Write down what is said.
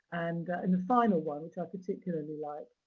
and in the final one, which i particularly like,